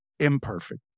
Imperfect